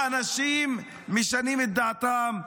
אנשים משנים את דעתם,